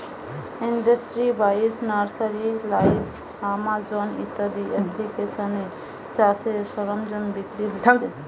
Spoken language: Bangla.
ইন্ডাস্ট্রি বাইশ, নার্সারি লাইভ, আমাজন ইত্যাদি এপ্লিকেশানে চাষের সরঞ্জাম বিক্রি হচ্ছে